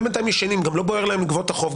הם בינתיים ישנים, גם לא בוער להם לגבות את החוב.